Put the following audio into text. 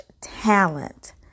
talent